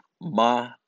Ma